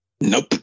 Nope